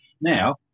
now